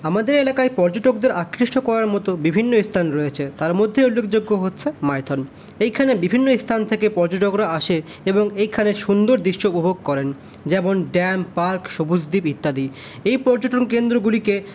আমাদের এলাকায় পর্যটকদের আকৃষ্ট করার মতো বিভিন্ন স্থান রয়েছে তার মধ্যে উল্লেখযোগ্য হচ্ছে মাইথন এইখানে বিভিন্ন স্থান থেকে পর্যটকরা আসে এবং এইখানে সুন্দর দৃশ্য উপভোগ করেন যেমন ড্যাম পার্ক সবুজদ্বীপ ইত্যাদি এই পর্যটনকেন্দ্রগুলিকে